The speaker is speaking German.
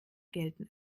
gelten